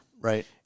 right